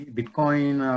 Bitcoin